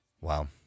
Wow